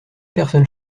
personne